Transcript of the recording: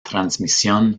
transmisión